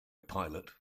pilot